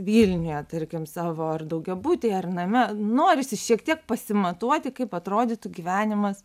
vilniuje tarkim savo ar daugiabutyje ar name norisi šiek tiek pasimatuoti kaip atrodytų gyvenimas